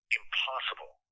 impossible